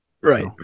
right